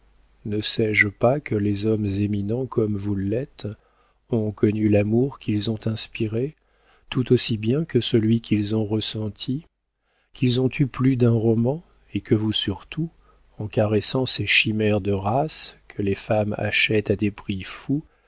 ne sais-je pas que les hommes éminents comme vous l'êtes ont connu l'amour qu'ils ont inspiré tout aussi bien que celui qu'ils ont ressenti qu'ils ont eu plus d'un roman et que vous surtout en caressant ces chimères de race que les femmes achètent à des prix fous